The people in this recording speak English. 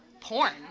Porn